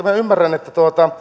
minä ymmärrän että